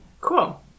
cool